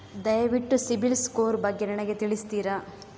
ದಯವಿಟ್ಟು ಸಿಬಿಲ್ ಸ್ಕೋರ್ ಬಗ್ಗೆ ನನಗೆ ತಿಳಿಸ್ತಿರಾ?